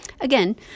Again